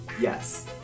Yes